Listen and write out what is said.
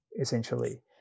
essentially